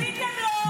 הרגתם אותו.